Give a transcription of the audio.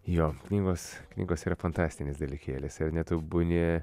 jo knygos knygos yra fantastinis dalykėlis ar ne tu būni